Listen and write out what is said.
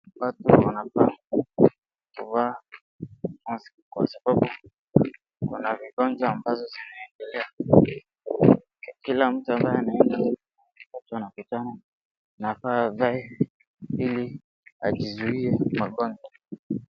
Watu wanafaa kuvaa maski kwa sababu kuna vigonjwa ambazo zinaendelea, kila mtu ambaye anenda huku tunapitana inafaa avae ili ajizuie magonjwa.